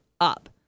up